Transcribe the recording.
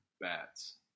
bats